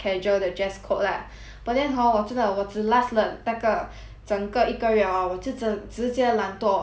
but then hor 我真的我只 last 了那个整个一个月 orh 我就真直接懒惰 I never wear my lipstick anymore